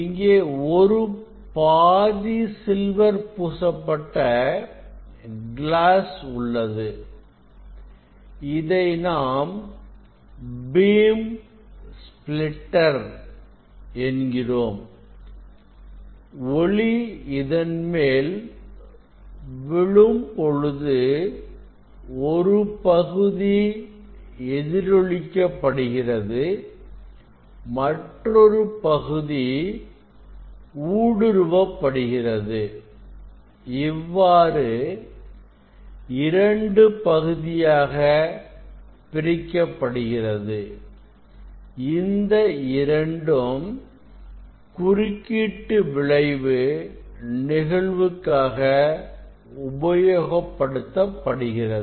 இங்கே ஒரு பாதி சில்வர் பூசப்பட்ட கிளாஸ் உள்ளது இதை நாம் பீம் ஸ்பிளிட்டர் என்கிறோம் ஒளி இதன் மேல் விழும் பொழுது ஒரு பகுதி எதிரொலிக்க படுகிறது மற்றொரு பகுதி ஊடுருவ படுகிறது இவ்வாறாக இரண்டு பகுதியாக பிரிக்கப்படுகிறது இந்த இரண்டும் குறுக்கீட்டு விளைவு நிகழ்வுக்காகஉபயோகப்படுத்தப்படுகிறது